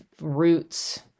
roots